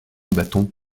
bâton